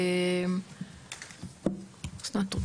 אסנת.